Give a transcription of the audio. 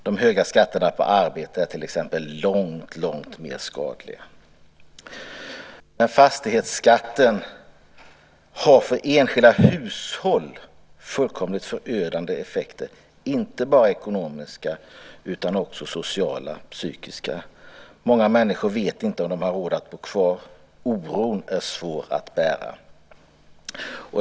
De höga skatterna på arbete är långt mer skadliga. Men för enskilda hushåll har fastighetsskatten fullkomligt förödande effekter, inte bara ekonomiska utan också sociala och psykiska effekter. Många människor vet inte om de har råd att bo kvar, och den oron är svår att bära.